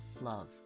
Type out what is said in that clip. Love